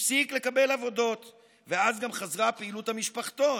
הפסיק לקבל עבודות ואז גם חזרה פעילות המשפחתון.